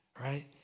right